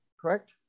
correct